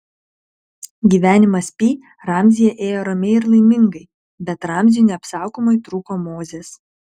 gyvenimas pi ramzyje ėjo ramiai ir laimingai bet ramziui neapsakomai trūko mozės